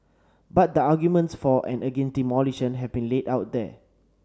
but the arguments for and against demolition have been laid out here